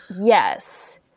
Yes